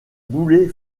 boulet